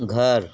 घर